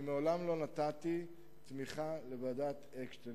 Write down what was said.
מעולם לא נתתי תמיכה לוועדת-אקשטיין.